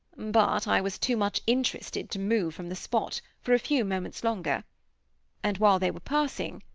but i was too much interested to move from the spot, for a few moments longer and while they were passing,